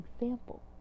example